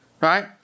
right